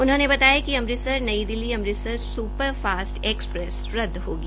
उन्होंने बताया कि अमृतसर नई दिल्ली अमृतसर सुपरफास्ट एक्सप्रेस रद्द रहेगी